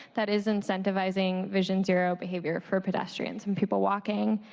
that is incentivizing vision zero behavior for pedestrians and people walking.